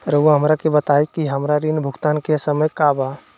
रहुआ हमरा के बताइं कि हमरा ऋण भुगतान के समय का बा?